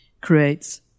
creates